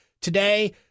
today